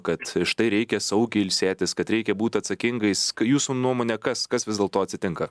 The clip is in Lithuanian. kad štai reikia saugiai ilsėtis kad reikia būt atsakingais jūsų nuomone kas kas vis dėlto atsitinka